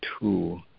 two